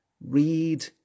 Read